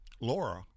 Laura